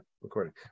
recording